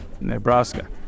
Nebraska